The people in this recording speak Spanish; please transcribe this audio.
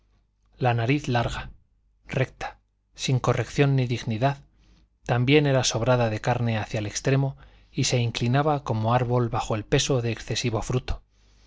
la nariz larga recta sin corrección ni dignidad también era sobrada de carne hacia el extremo y se inclinaba como árbol bajo el peso de excesivo fruto